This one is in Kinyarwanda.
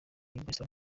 bryson